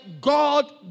God